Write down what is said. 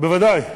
בוודאי,